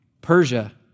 Persia